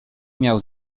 miał